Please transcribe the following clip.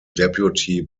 deputy